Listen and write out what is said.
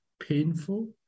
painful